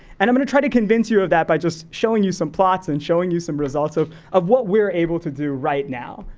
and i'm gonna try to convince you of that by just showing you some plots and showing you some results of of what we're able to do right now.